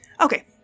okay